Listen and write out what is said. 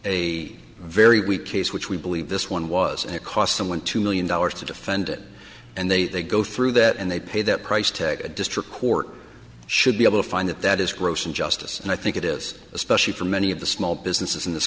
a very weak case which we believe this one was and it cost someone two million dollars to defend it and they go through that and they pay that price tag a district court should be able to find that that is gross injustice and i think it is especially for many of the small businesses in this